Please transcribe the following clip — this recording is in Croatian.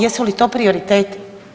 Jesu li to prioriteti?